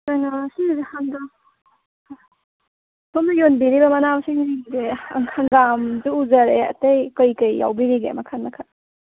ꯀꯩꯅꯣ ꯁꯤꯗꯤ ꯍꯪꯒꯥꯝ ꯁꯣꯝꯅ ꯌꯣꯟꯕꯤꯔꯤꯕ ꯃꯅꯥ ꯃꯁꯤꯡꯁꯦ ꯍꯪꯒꯥꯝꯁꯨ ꯎꯖꯔꯦ ꯑꯇꯩ ꯀꯩ ꯀꯩ ꯌꯥꯎꯕꯤꯔꯤꯒꯦ ꯃꯈꯜ ꯃꯈꯜ